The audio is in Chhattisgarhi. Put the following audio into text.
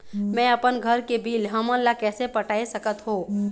मैं अपन घर के बिल हमन ला कैसे पटाए सकत हो?